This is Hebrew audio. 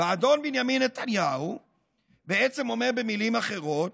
והאדון בנימין נתניהו בעצם אומר במילים אחרות